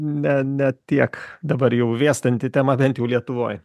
ne ne tiek dabar jau vėstanti tema bent jau lietuvoj